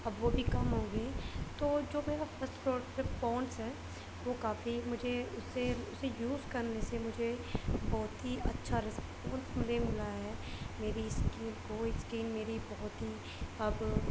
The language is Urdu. اب وہ بھی کم ہوگئے ہیں تو جو میرا فسٹ پروڈیکٹ پونس ہے وہ کافی مجھے اس سے اسے یوز کر نے سے مجھے بہت ہی اچھا رسپونس مجھے ملا ہے میری اسکن کو اسکن میری بہت ہی اب